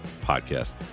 Podcast